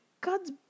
God's